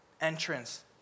Entrance